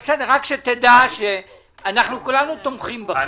אנחנו כולנו תומכים בכם.